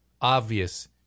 obvious